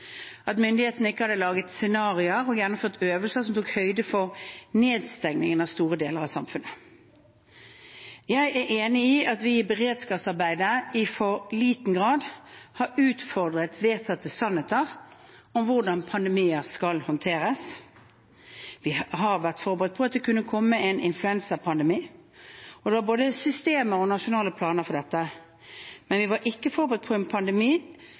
at myndighetene ikke hadde laget scenarioer og gjennomført øvelser som tok høyde for nedstengningen av store deler av samfunnet. Jeg er enig i at vi i beredskapsarbeidet i for liten grad har utfordret vedtatte sannheter om hvordan pandemier skal håndteres. Vi har vært forberedt på at det kunne komme en influensapandemi, og det var både systemer og nasjonale planer for dette, men vi var ikke forberedt på